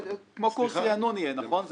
זה יהיה כמו קורב ריענון נכון?